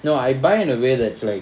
no I buy in a way that's like